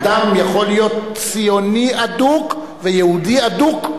אדם יכול להיות ציוני אדוק ויהודי אדוק.